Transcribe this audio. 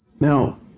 Now